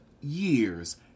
years